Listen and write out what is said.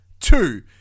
two